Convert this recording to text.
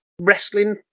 Wrestling